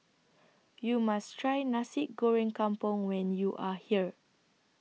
YOU must Try Nasi Goreng Kampung when YOU Are here